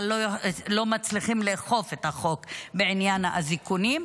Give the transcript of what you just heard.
אבל לא מצליחים לאכוף את החוק בעניין האזיקונים.